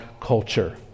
culture